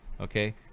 okay